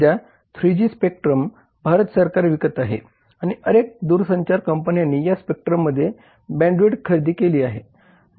सध्या 3G spectrum Bharat सरकार विकत आहे आणि अनेक दूरसंचार कंपन्यांनी या स्पेक्ट्रममध्ये बँडविड्थ खरेदी केली आहे